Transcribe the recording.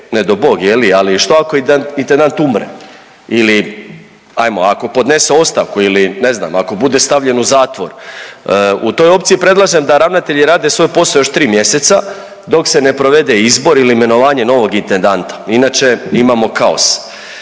je li, ali što ako intendant umre ili ajmo ako podnese ostavku ili ne znam ako bude stavljen u zatvor? U toj opciji predlažem da ravnatelji rade svoj posao još tri mjeseca dok se ne provede izbor ili imenovanje novog intendanta, inače imamo kaos.